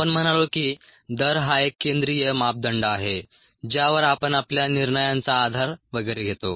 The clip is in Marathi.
आपण म्हणालो की दर हा एक केंद्रीय मापदंड आहे ज्यावर आपण आपल्या निर्णयांचा आधार वगैरे घेतो